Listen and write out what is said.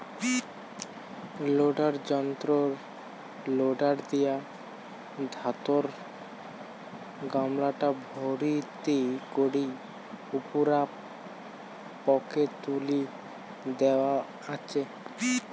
loader যন্ত্রর lever দিয়া ধাতব গামলাটা ভর্তি করি উপুরা পাকে তুলি দ্যাওয়া আচে